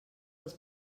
dels